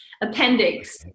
appendix